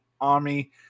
army